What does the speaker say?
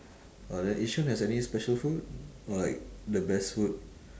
ah then yishun has any special food or like the best food